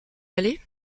aller